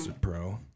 pro